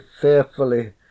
fearfully